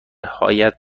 هایت